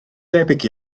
debyg